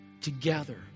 together